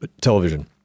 television